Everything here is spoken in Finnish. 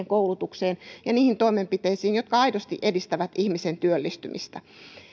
koulutukseen ja niihin toimenpiteisiin jotka aidosti edistävät ihmisen työllistymistä